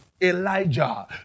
Elijah